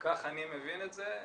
ככה אני מבין את זה,